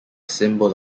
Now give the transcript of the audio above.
symbol